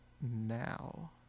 now